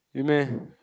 win meh